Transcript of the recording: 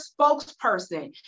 spokesperson